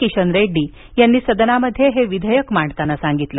किशन रेड्डी यांनी सदनामध्ये हे विधेयक मांडताना सांगितलं